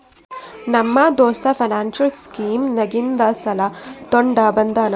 ನಮ್ಮ ದೋಸ್ತ financial scheme ನಾಗಿಂದೆ ಸಾಲ ತೊಂಡ ಬಂದಾನ್